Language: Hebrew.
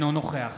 אינו נוכח